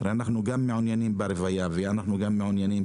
גם אנחנו מעוניינים ברבייה ואנחנו מעוניינים